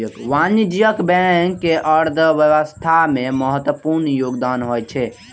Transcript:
वाणिज्यिक बैंक के अर्थव्यवस्था मे महत्वपूर्ण योगदान होइ छै